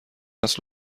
است